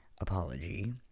apology